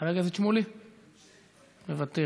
חבר הכנסת שמולי, מוותר.